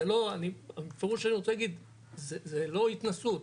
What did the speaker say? אני בפירוש רוצה להגיד זו לא התנשאות,